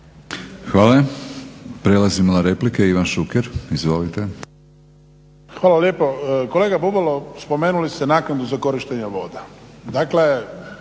Hvala. Prelazimo na replike. Ivan Šuker, izvolite. **Šuker, Ivan (HDZ)** Hvala lijepo. Kolega Bubalo spomenuli ste naknadu za korištenju voda.